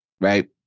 right